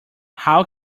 how